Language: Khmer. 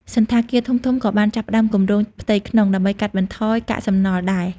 សណ្ឋាគារធំៗក៏បានចាប់ផ្តើមគម្រោងផ្ទៃក្នុង ដើម្បីកាត់បន្ថយកាកសំណល់ដែរ។